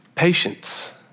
Patience